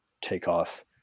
takeoff